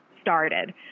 started